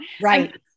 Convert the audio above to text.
right